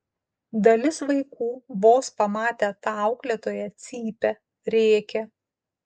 dalis vaikų vos pamatę tą auklėtoją cypia rėkia